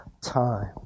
time